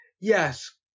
Yes